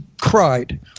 cried